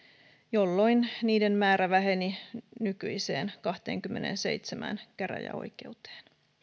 jolloin niiden määrä väheni nykyiseen kahteenkymmeneenseitsemään käräjäoikeuteen